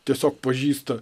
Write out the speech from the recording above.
tiesiog pažįsta